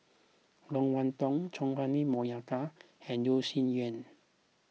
Loke Wan Tho Chua Ah Huwa Monica and Yeo Shih Yun